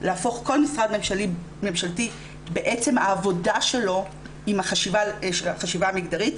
להפוך כל משרד ממשלתי בעצם העבודה שלו עם החשיבה המגדרית,